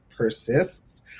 persists